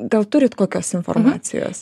gal turit kokios informacijos